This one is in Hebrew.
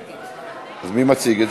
אז מי מציג את